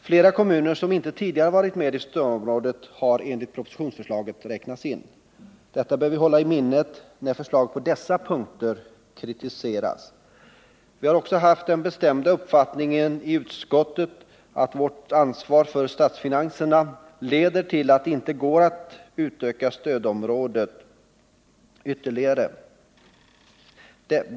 Flera kommuner som inte tidigare har varit med i stödområdet har enligt propositionsförslaget nu räknats in. Detta bör vi hålla i minnet när förslaget på dessa punkter kritiseras. Vi har också haft den bestämda uppfattningen i utskottet att vårt ansvar för statsfinanserna leder till att det inte går att utöka stödområdet ytterligare.